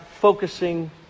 focusing